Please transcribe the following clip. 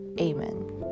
Amen